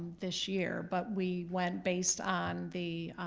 this year. but we went based on the